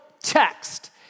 text